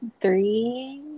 three